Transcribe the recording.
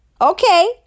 Okay